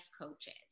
coaches